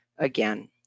again